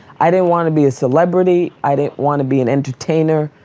i didn't want to be a celebrity, i didn't want to be an entertainer.